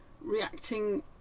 reacting